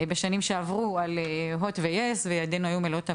על הוט ויס וידינו היו מלאות עבודה.